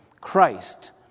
Christ